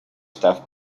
staff